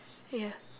ya